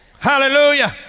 Hallelujah